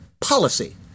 policy